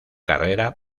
carrera